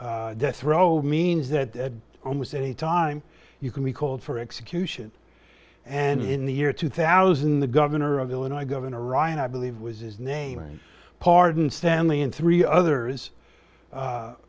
death row means that almost any time you can be called for execution and in the year two thousand the governor of illinois governor ryan i believe was his name pardon stanley and three others a